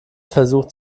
versucht